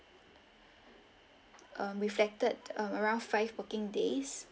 um reflected around five working days